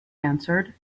answered